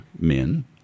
men